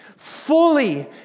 Fully